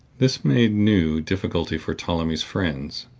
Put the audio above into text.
this made new difficulty for ptolemy's friends.